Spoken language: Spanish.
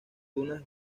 dunas